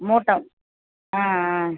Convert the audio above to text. மோட்டாம் ஆ ஆ